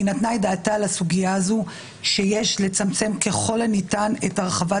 נתנה את דעתה לסוגיה הזאת שיש לצמצם ככל הניתן את הרחבת